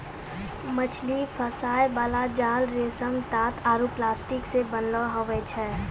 मछली फसाय बाला जाल रेशम, तात आरु प्लास्टिक से बनैलो हुवै छै